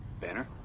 Banner